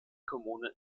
kommune